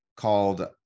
called